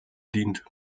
dient